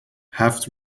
هفت